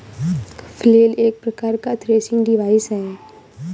flail एक प्रकार का थ्रेसिंग डिवाइस है